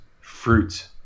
fruit